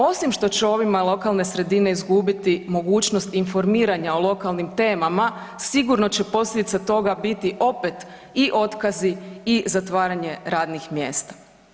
Osim što će ovime lokalne sredine izgubiti mogućnost informiranja o lokalnim temama sigurno će posljedica toga biti opet i otkazi i zatvaranje radnih mjesta.